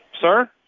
sir